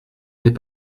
n’est